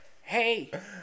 hey